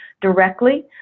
directly